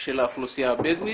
של האוכלוסייה הבדואית.